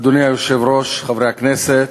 אדוני היושב-ראש, חברי הכנסת,